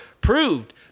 proved